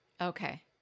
Okay